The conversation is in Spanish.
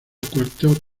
cuarto